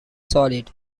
solid